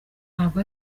ntabwo